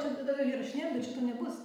čia dabar įrašinėjam bet šito nebus